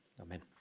amen